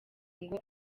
ngo